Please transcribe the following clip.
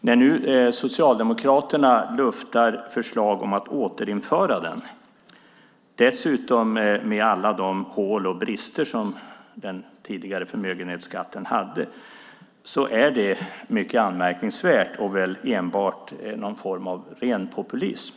När nu Socialdemokraterna luftar förslag om att återinföra den, dessutom med alla de hål och brister som den tidigare förmögenhetsskatten hade, är det mycket anmärkningsvärt och väl enbart någon form av populism.